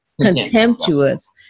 contemptuous